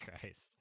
Christ